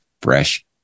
fresh